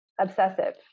obsessive